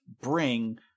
bring